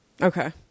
Okay